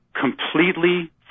completely